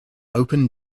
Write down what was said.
open